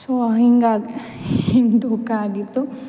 so ಹಿಂಗಾಗಿ ಹಿಂಗೆ ದುಃಖ ಆಗಿತ್ತು